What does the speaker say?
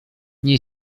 nie